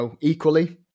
equally